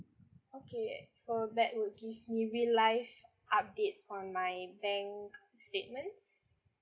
okay so that would give me real life updates on my bank statements